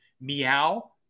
meow